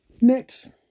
Next